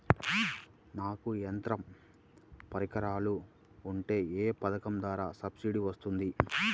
నాకు యంత్ర పరికరాలు ఉంటే ఏ పథకం ద్వారా సబ్సిడీ వస్తుంది?